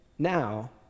now